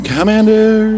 Commander